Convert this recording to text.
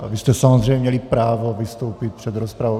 A vy jste samozřejmě měli právo vystoupit před rozpravou.